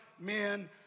men